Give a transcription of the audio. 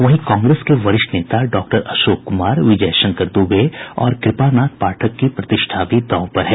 वहीं कांग्रेस के वरिष्ठ नेता डॉक्टर अशोक कुमार विजय शंकर दुबे और कुपानाथ पाठक की प्रतिष्ठा भी दांव पर हैं